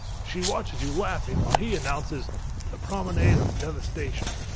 she watches you laughing, while he announces the promenade of devastation.